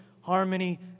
harmony